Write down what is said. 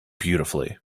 beautifully